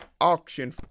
auction